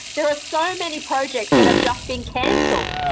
there are so many projects that have just been cancelled,